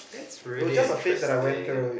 that's really interesting